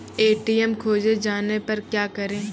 ATM खोजे जाने पर क्या करें?